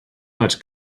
much